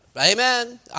Amen